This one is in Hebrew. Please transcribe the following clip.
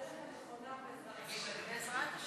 אנחנו בדרך הנכונה, בעזרת השם.